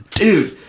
dude